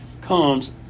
comes